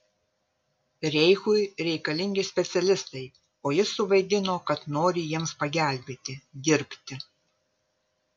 reichui reikalingi specialistai o jis suvaidino kad nori jiems pagelbėti dirbti